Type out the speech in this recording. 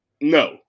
no